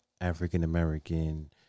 African-American